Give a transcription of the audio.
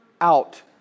out